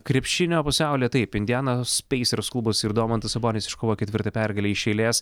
krepšinio pasaulyje taip indianos speisers klubas ir domantas sabonis iškovojo ketvirtą pergalę iš eilės